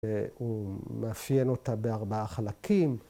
‫והוא מאפיין אותה בארבעה חלקים.